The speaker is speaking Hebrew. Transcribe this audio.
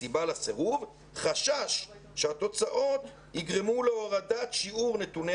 הסיבה לסירוב חשש שהתוצאות יגרמו להורדת שיעור נתוני